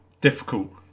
difficult